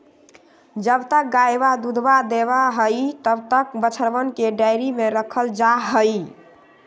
जब तक गयवा दूधवा देवा हई तब तक बछड़वन के डेयरी में रखल जाहई